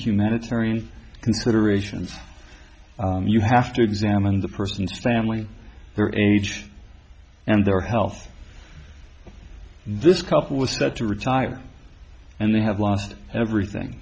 humanitarian considerations you have to examine the person's family their age and their health this couple was set to retire and they have lost everything